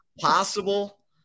possible